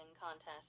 contest